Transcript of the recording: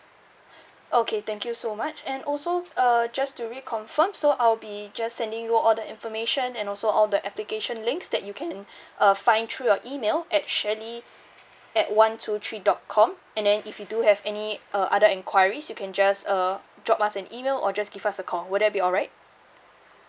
okay thank you so much and also uh just to reconfirm so I'll be just sending you all the information and also all the application links that you can uh find through your email at shirley at one two three dot com and then if you do have any uh other enquiries you can just uh drop us an email or just give us a call would that be alright